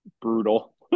brutal